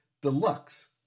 Deluxe